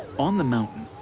on the mountain,